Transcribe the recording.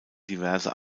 diverse